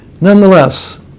Nonetheless